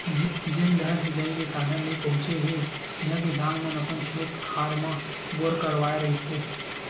जेन डाहर सिचई के साधन नइ पहुचे हे तिहा किसान मन अपन खेत खार म बोर करवाए रहिथे